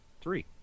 three